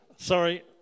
Sorry